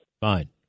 Fine